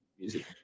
Music